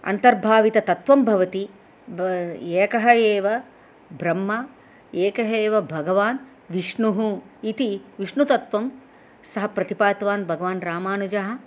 अन्तर्भावितत्वं भवति एकः एव ब्रह्मा एकः भगवान् विष्णुः इति विष्णुतत्वं सः प्रतिपादितवान् भगवान् रामानुजः